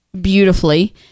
beautifully